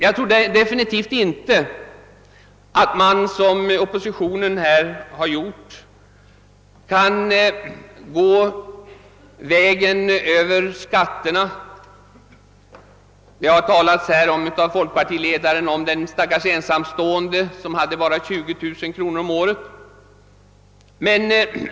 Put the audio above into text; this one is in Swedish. Jag tror definitivt inte att man, som oppositionen har gjort, kan gå vägen över skatterna. Folkpartiledaren talade om den stackars ensamstående som bara hade 20 000 kronor om året.